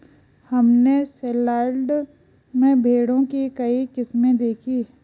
हमने सेलयार्ड में भेड़ों की कई किस्में देखीं